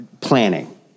planning